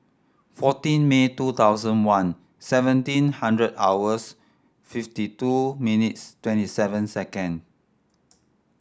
fourteen May two thousand one seventeen hundred hours fifty two minutes twenty seven second